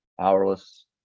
powerless